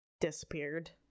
disappeared